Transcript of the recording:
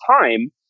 time